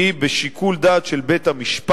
היא בשיקול דעת של בית-המשפט,